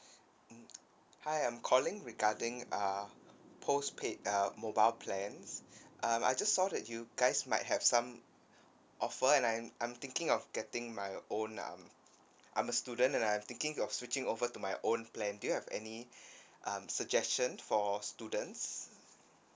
mm hi I'm calling regarding uh postpaid uh mobile plans um I just saw that you guys might have some offer and I I'm thinking of getting my own um I'm a student and I'm thinking of switching over to my own plan do you have any um suggestion for students